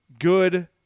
good